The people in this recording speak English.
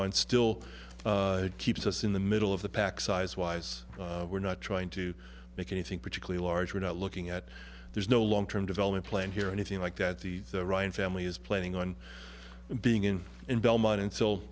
on still keeps us in the middle of the pack size wise we're not trying to make anything particularly large we're not looking at there's no long term development plan here anything like that the ryan family is planning on being in in belmont until